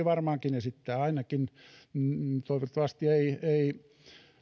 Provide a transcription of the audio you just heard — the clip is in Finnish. varmaankin esittää toivottavasti ei ei